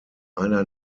einer